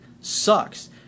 sucks